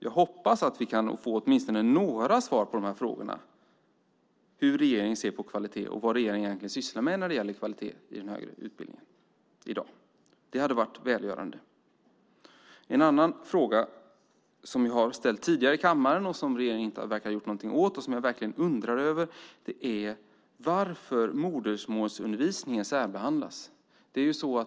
Jag hoppas att vi kan få åtminstone några svar på frågorna om hur regeringen ser på kvalitet och vad regeringen egentligen sysslar med när det gäller kvalitet i utbildningen i dag. Det hade varit välgörande. En annan fråga som vi har ställt tidigare i kammaren men som regeringen inte verkar har gjort något åt och som jag verkligen undrar över är varför modersmålsundervisningen särbehandlas.